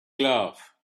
glove